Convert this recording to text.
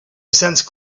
sense